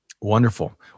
Wonderful